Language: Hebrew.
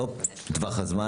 ולא טווח הזמן,